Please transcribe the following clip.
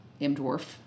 M-Dwarf